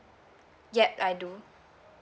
yup I do